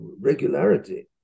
regularity